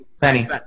Penny